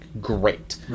Great